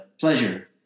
pleasure